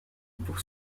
pour